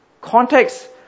Context